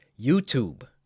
YouTube